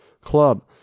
Club